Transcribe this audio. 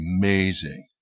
amazing